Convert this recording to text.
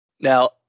Now